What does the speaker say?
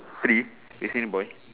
three facing the boy